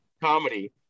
comedy